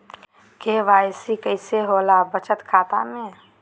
KYC कैसे होला बचत खाता में?